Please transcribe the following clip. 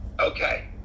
okay